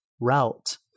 route